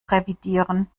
revidieren